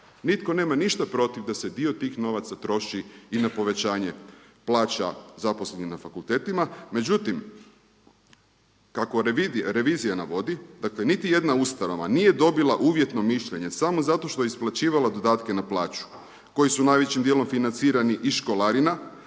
Nitko nema ništa protiv da se dio tih novaca troši i na povećanje plaća zaposlenih na fakultetima. Međutim, kako revizija navodi, dakle niti jedna ustanova nije dobila uvjetno mišljenje samo zato što je isplaćivala dodatke na plaću koji su najvećim dijelom financirani iz školarina,